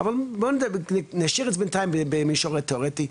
נשאיר את זה בינתיים במישור התיאורטי,